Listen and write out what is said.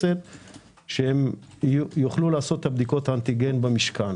שהם יוכלו לעשות את בדיקות האנטיגן במשכן.